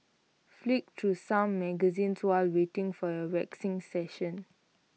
flick through some magazines while waiting for your waxing session